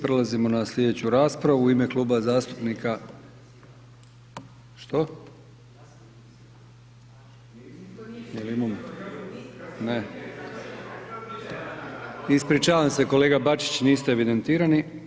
Prelazimo na slijedeću raspravu u ime Kluba zastupnika … što … ispričavam se kolega Bačić niste evidentirani.